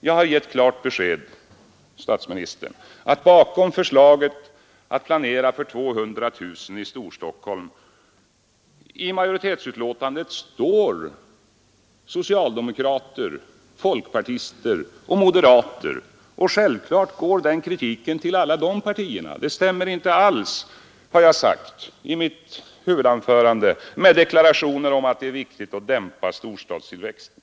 Jag har lämnat ett klart besked, herr statsministern, att bakom förslaget att planera för ytterligare 200 000 människor i Storstockholm står socialdemokrater, folkpartister och moderater i utskottsbetänkandet, och självklart riktas kritiken mot dessa partier. Deras ställningstagande där stämmer inte alls, sade jag i mitt huvudanförande, med deklarationer att det är viktigt att dämpa storstadstillväxten.